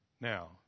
Now